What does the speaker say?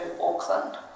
Auckland